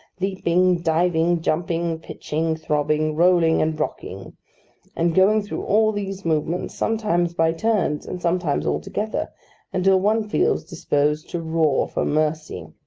leaping, diving, jumping pitching, throbbing, rolling, and rocking and going through all these movements, sometimes by turns, and sometimes altogether until one feels disposed to roar for mercy.